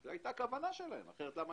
זו הייתה הכוונה שלהם, אחרת למה